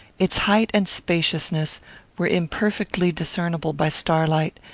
its height and spaciousness were imperfectly discernible by starlight,